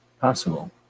possible